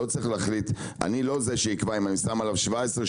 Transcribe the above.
אני לא זה שאחליט ואקבע אם אני שם עליו מע"מ של 12%,